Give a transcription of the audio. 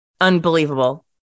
Unbelievable